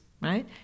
right